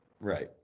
Right